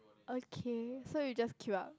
okay so you just queue up